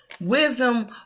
Wisdom